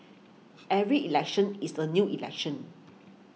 every election is a new election